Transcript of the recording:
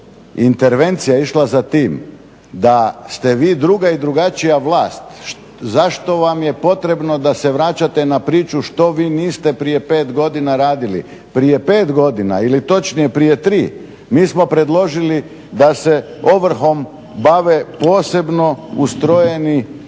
intervencija je išla za tim da ste vi druga i drugačija vlast. Zašto vam je potrebno da se vraćate na priču što vi niste prije 5 godina radili. Prije 5 godina ili točnije prije 3 mi smo predložili da se ovrhom bave posebno ustrojeni